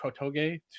Kotoge